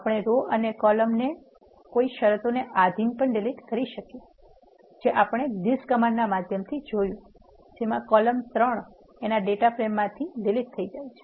આપણે રો અને કોલમ ને કોઇ શરતો ને આધિન પણ ડિલીટ કરી શકીયે જે આપણે this કમાન્ડના માધ્યમથી જોયુ જેમા કોલમ ૩ ડેટા ફ્રેમ માંથી ડીલીટ થઇ જાય છે